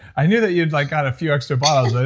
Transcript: i knew that you'd like got a few extra bottles, ah